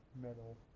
metal